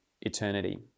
eternity